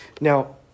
Now